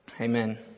Amen